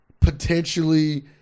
potentially